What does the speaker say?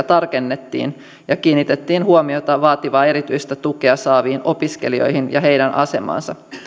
tarkennettiin ja kiinnitettiin huomiota vaativaa erityistä tukea saaviin opiskelijoihin ja heidän asemaansa